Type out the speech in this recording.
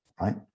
right